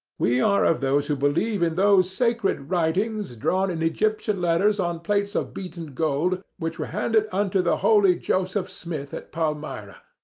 we are of those who believe in those sacred writings, drawn in egyptian letters on plates of beaten gold, which were handed unto the holy joseph smith at palmyra.